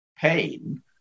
pain